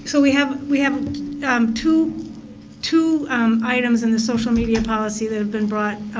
so we have we have um two two items in the social media policy that have been brought.